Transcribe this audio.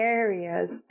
areas